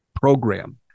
program